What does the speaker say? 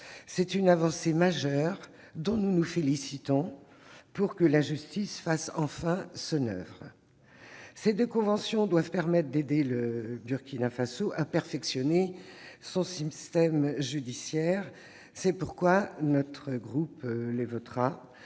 d'une avancée majeure, dont nous nous félicitons, pour que la justice fasse enfin son oeuvre. Ces deux conventions doivent aider le Burkina Faso à perfectionner son système judiciaire. C'est pourquoi notre groupe les votera,